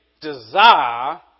desire